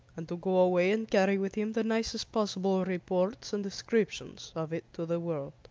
and to go away and carry with him the nicest possible reports and descriptions of it to the world.